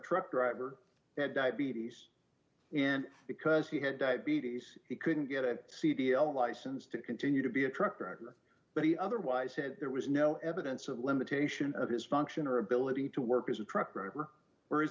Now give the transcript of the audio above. truck driver had diabetes and because he had diabetes he couldn't get a cd a license to continue to be a truck driver but he otherwise said there was no evidence of limitation of his function or ability to work as a truck driver or is